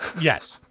Yes